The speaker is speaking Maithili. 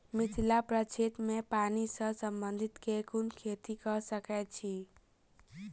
मिथिला प्रक्षेत्र मे पानि सऽ संबंधित केँ कुन खेती कऽ सकै छी?